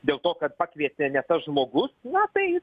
dėl to kad pakvietė ne tas žmogus na tai